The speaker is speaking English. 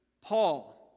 Paul